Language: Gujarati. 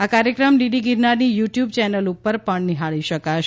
આ કાર્યક્રમ ડીડી ગિરનારની યુ ટ્યુબ ચેનલ ઉપર પણ નિહાળી શકાશે